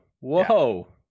whoa